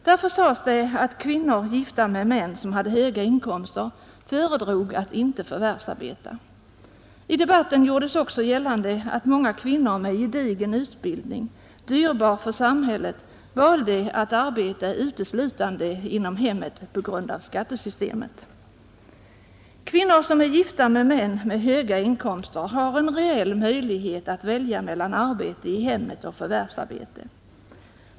Därför sades det att kvinnor gifta med män som hade höga inkomster föredrog att inte förvärvsarbeta. I debatten gjordes också gällande att många kvinnor med gedigen utbildning, dyrbar för samhället, valde att arbeta uteslutande inom hemmet på grund av skattesystemet. Kvinnor som är gifta med män med höga inkomster har en reell möjlighet att välja mellan arbete i hemmet och förvärvsarbete.